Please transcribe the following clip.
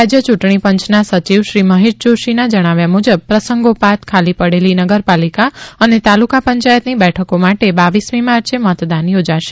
રાજય ચુંટણી પંચના સચિવ શ્રી મહેશ જોષીના જણાવ્યા મુજબ પ્રસંગોપાત ખાલી પડેલી નગરપાલિકા અને તાલુકા પંચાયતની બેઠકો માટે રરમી માર્ચે મતદાન યોજાશે